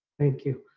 thank you.